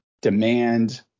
demand